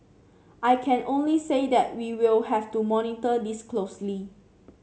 I can only say that we will have to monitor this closely